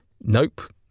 Nope